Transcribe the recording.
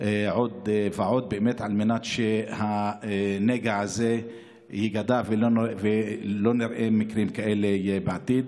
עוד ועוד באמת על מנת שהנגע הזה ייגדע ושלא נראה מקרים כאלה בעתיד.